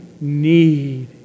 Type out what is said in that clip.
need